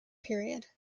period